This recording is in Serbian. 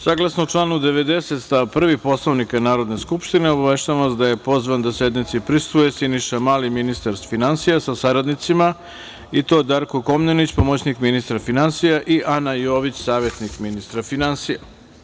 Saglasno članu 90. stav 1. Poslovnika Narodne skupštine obaveštavamo vas da je pozvan da sednici prisustvuje Siniša Mali, ministar finansija sa saradnicima i to Darko Komnenić, pomoćnik ministra finansija i Ana Jović, savetnik ministra finansija.